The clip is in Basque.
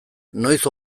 noiz